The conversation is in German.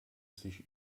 sich